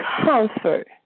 comfort